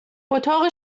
اتاق